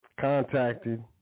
contacted